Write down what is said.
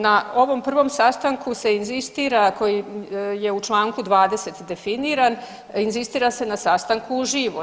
Na ovom prvom sastanku se inzistira koji je u Članku 20. definiran inzistira se na sastanku uživo.